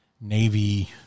Navy